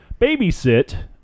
babysit